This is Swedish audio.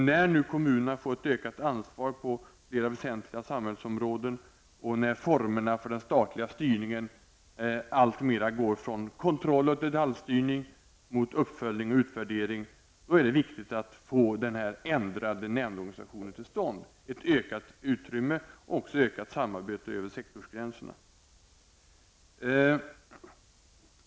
När nu kommunerna fått ett ökat ansvar på flera väsentliga samhällsområden och när formerna för den statliga styrningen alltmer går från kontroll och detaljstyrning mot uppföljning och utvärdering, är det viktigt att få den ändrade nämndorganisationen till stånd och också ökat samarbete över sektorsgränserna.